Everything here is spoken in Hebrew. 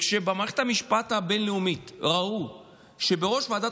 כשבמערכת המשפט הבין-לאומית ראו שבראש ועדת